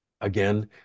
Again